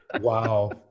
wow